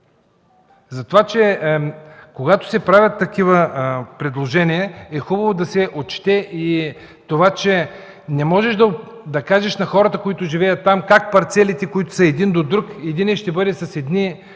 такъв! Когато се правят такива предложения е хубаво да се отчете и това, че не можеш да кажеш на хората, които живеят там, как за парцели, които са един до друг – единият ще бъде с едни параметри,